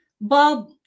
Bob